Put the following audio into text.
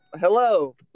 Hello